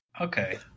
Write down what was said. Okay